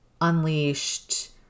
unleashed